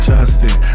Justin